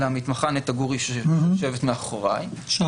אלא המתמחה נטע גורי שיושבת מאחוריי.